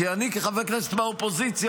כי אני כחבר כנסת מהאופוזיציה,